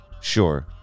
Sure